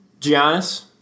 Giannis